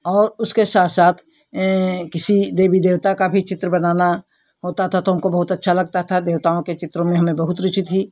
और उसके साथ साथ किसी देवी देवता का भी चित्र बनाना होता था तो हमको बहुत अच्छा लगता था देवताओं के चित्र में हमको बहुत रुचि थी